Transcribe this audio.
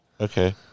okay